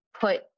put